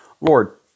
Lord